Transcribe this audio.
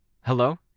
Hello